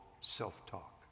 self-talk